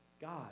God